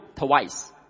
Twice